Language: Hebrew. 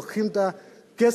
לוקחים את הכסף